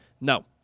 No